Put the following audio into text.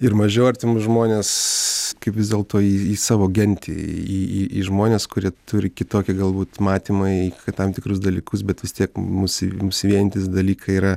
ir mažiau artimus žmones vis dėlto į į savo gentį į į į žmones kurie turi kitokią galbūt matymą į tam tikrus dalykus bet vis tiek mus mus vienijantys dalykai yra